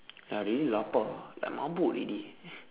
ya I really lapar ah like mabuk already